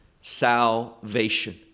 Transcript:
salvation